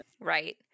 Right